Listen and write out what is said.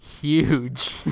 huge